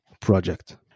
project